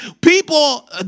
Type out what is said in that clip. people